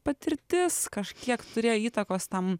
patirtis kažkiek turėjo įtakos tam